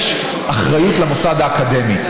יש אחריות למוסד האקדמי.